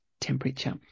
temperature